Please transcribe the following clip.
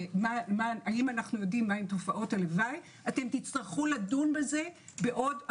האם אנחנו יודעים מה תופעות הלוואי תצטרכו לדון בזה בעוד ארבעה,